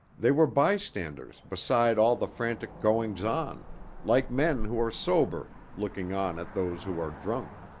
they were bystanders beside all the frantic goings-on like men who are sober looking on at those who are drunk.